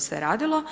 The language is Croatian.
se radilo.